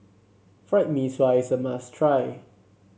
Fried Mee Sua is a must try